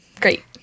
Great